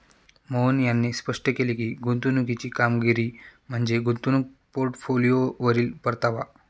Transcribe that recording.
मोहन यांनी स्पष्ट केले की, गुंतवणुकीची कामगिरी म्हणजे गुंतवणूक पोर्टफोलिओवरील परतावा